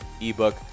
ebook